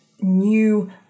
new